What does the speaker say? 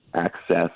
access